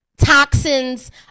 toxins